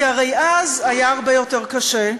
כי הרי אז היה הרבה יותר קשה: